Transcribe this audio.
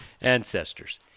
ancestors